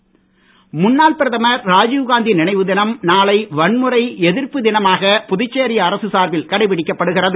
ராஜீவ்காந்தி முன்னாள் பிரதமர் ராஜீவ்காந்தி நினைவு தினம் நாளை வன்முறை எதிர்ப்பு தினமாக புதுச்சேரி அரசு சார்பில் கடைபிடிக்கப்படுகிறது